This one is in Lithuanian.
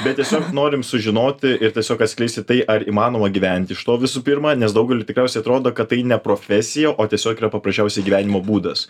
bet tiesiog norim sužinoti ir tiesiog atskleisti tai ar įmanoma gyventi iš to visų pirma nes daugeliui tikriausiai atrodo kad tai ne profesija o tiesiog yra paprasčiausiai gyvenimo būdas